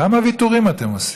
כמה ויתורים אתם עושים?